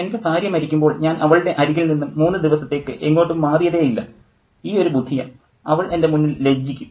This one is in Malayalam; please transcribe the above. "എൻ്റെ ഭാര്യ മരിക്കുമ്പോൾ ഞാൻ അവളുടെ അരികിൽ നിന്നും മൂന്ന് ദിവസത്തേക്ക് എങ്ങോട്ടും മാറിയതേ ഇല്ല ഈ ഒരു ബുധിയ അവൾ എൻ്റെ മുന്നിൽ ലജ്ജിക്കും